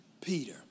Peter